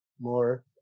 more